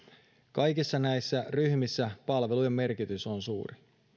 kaikissa näissä ryhmissä palvelujen merkitys on suuri